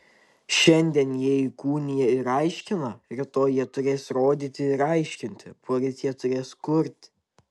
šiandien jie įkūnija ir aiškina rytoj jie turės rodyti ir aiškinti poryt jie turės kurti